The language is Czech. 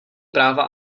práva